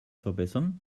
verbessern